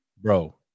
Bro